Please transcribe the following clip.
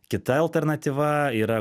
kita alternatyva yra